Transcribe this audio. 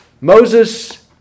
Moses